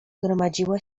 gromadziła